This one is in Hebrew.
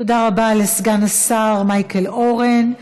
תודה רבה לסגן השר, מיכאל אורן.